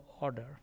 order